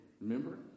Remember